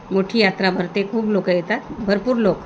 मोठी यात्रा भरते खूप लोकं येतात भरपूर लोक